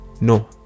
no